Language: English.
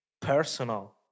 personal